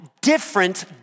different